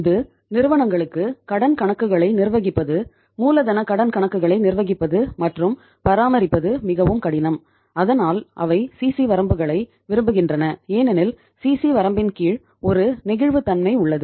இது நிறுவனங்களுக்கு கடன் கணக்குகளை நிர்வகிப்பது மூலதன கடன் கணக்குகளை நிர்வகிப்பது மற்றும் பராமரிப்பது மிகவும் கடினம் அதனால் அவை சிசி வரம்பின் கீழ் ஒரு நெகிழ்வுத்தன்மை உள்ளது